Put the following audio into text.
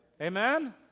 Amen